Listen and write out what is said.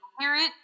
parent